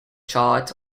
chart